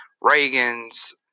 Reagan's